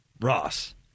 Ross